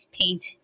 paint